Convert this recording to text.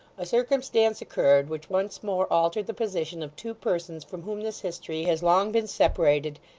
a circumstance occurred which once more altered the position of two persons from whom this history has long been separated,